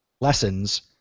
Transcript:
lessons